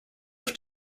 auf